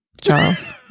charles